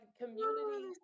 community